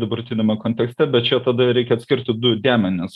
dabartiniame kontekste bet čia tada reikia atskirti du dėmenis